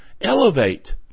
elevate